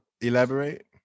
elaborate